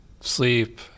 sleep